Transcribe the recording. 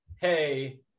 hey